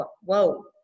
whoa